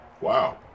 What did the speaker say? Wow